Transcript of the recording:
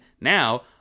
now